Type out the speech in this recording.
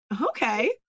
Okay